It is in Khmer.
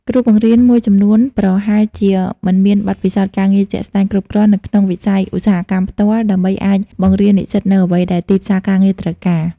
គ្រូបង្រៀនមួយចំនួនប្រហែលជាមិនមានបទពិសោធន៍ការងារជាក់ស្តែងគ្រប់គ្រាន់នៅក្នុងវិស័យឧស្សាហកម្មផ្ទាល់ ដើម្បីអាចបង្រៀននិស្សិតនូវអ្វីដែលទីផ្សារការងារត្រូវការ។